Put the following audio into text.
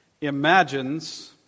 imagines